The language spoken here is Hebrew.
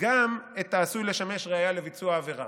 גם את "העשוי לשמש ראיה לביצוע העבירה",